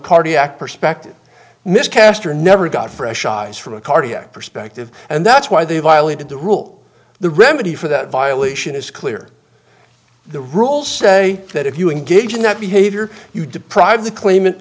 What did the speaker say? cardiac perspective miscast or never got fresh eyes from a cardiac perspective and that's why they violated the rule the remedy for that violation is clear the rules say that if you engage in that behavior you deprive the